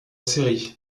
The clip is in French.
série